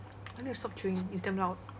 I need to stop chewing it's damn loud